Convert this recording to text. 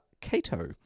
Cato